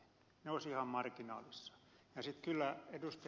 ne olisivat ihan marginaalissa